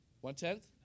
One-tenth